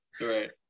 right